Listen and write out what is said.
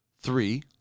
Three